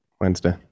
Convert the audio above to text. Wednesday